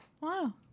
wow